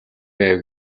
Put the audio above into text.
байв